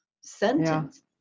sentence